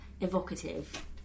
evocative